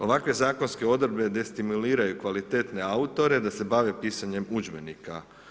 Ovakve zakonske odredbe destimuliraju kvalitetne autore da se bave pisanjem udžbenika.